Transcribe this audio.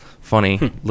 funny